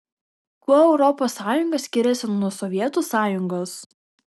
kuo europos sąjunga skiriasi nuo sovietų sąjungos